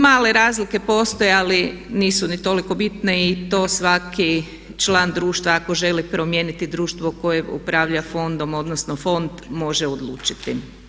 Male razlike postoje ali nisu ni toliko bitne i to svaki član društva ako želi promijeniti društvo koje upravlja fondom odnosno fond može odlučiti.